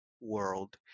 world